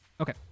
Okay